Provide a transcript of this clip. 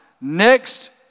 next